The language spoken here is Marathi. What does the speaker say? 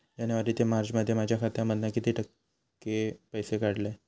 जानेवारी ते मार्चमध्ये माझ्या खात्यामधना किती पैसे काढलय?